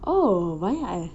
oh banyak eh